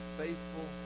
faithful